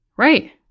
Right